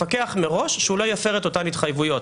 לפקח מראש שהם לא יפרו את אותן התחייבויות.